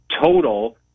total